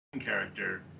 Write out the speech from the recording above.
character